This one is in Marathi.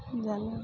झालं ना